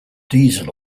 diesel